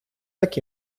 так